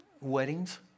weddings